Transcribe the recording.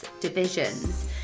divisions